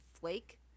flake